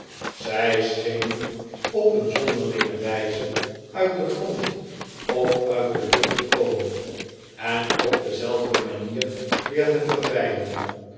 zij schenen op een zonderlinge wijze uit den grond of uit de lucht te komen en op dezelfde manier weer te verdwijnen